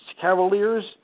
Cavaliers